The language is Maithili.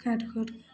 काटि खोँटिकऽके